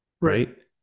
Right